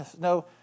no